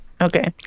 Okay